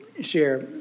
share